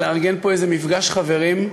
לארגן פה איזה מפגש חברים,